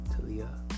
Talia